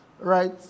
right